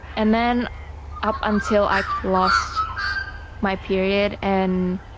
and then up until i lost my period and